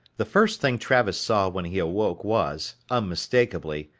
the first thing travis saw when he awoke was, unmistakably,